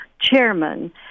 chairman